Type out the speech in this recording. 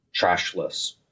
trashless